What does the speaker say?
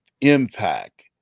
impact